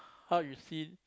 how you seal